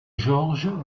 georges